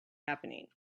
happening